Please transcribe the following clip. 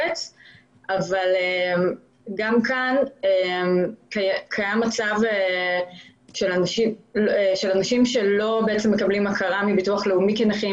אבל גם כאן קיים מצב של אנשים שלא מקבלים הכרה מביטוח לאומי כנכים.